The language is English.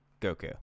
goku